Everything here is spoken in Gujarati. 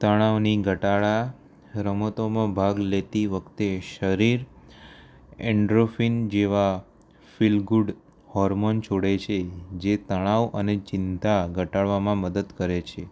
તણાવની ઘટાડા રમતોમાં ભાગ લેતી વખતે શરીર એન્ડ્રોફિન જેવા ફીલ ગુડ હોર્મોન છોડે છે જે તણાવ અને ચિંતા ઘટાડવામાં મદદ કરે છે